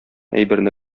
әйберне